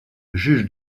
juge